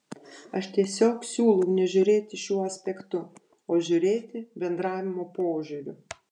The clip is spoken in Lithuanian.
aš tiesiog siūlau nežiūrėti šiuo aspektu o žiūrėti bendravimo požiūriu